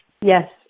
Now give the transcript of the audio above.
yes